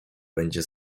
będzie